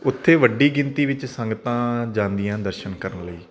ਉਥੇ ਵੱਡੀ ਗਿਣਤੀ ਵਿੱਚ ਸੰਗਤਾਂ ਜਾਂਦੀਆਂ ਦਰਸ਼ਨ ਕਰਨ ਲਈ